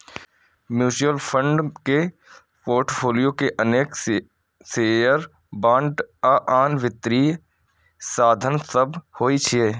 mutual fund के portfolio मे अनेक शेयर, बांड आ आन वित्तीय साधन सभ होइ छै